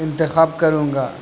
انتخاب کروں گا